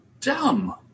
dumb